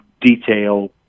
detail